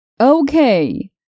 Okay